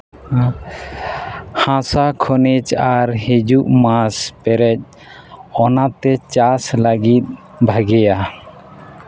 ᱦᱟᱥᱟ ᱠᱷᱚᱱᱤᱡᱽ ᱟᱨ ᱦᱤᱡᱩᱜ ᱢᱟᱥ ᱯᱮᱨᱮᱡ ᱚᱱᱟᱛᱮ ᱪᱟᱥ ᱞᱟᱹᱜᱤᱫ ᱵᱷᱟᱜᱮᱭᱟ